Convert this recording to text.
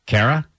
Kara